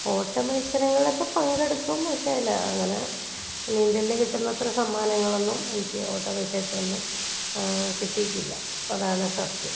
ഓട്ടം മത്സരങ്ങളൊക്കെ പങ്കെടുക്കും പക്ഷേ അതിൽ അങ്ങനെ നീന്തലിൽ കിട്ടുന്ന അത്രയും സമ്മാനങ്ങളൊന്നും എനിക്ക് ഓട്ടം മത്സരത്തിലൊന്നും കിട്ടിയിട്ടില്ല അതാണ് സത്യം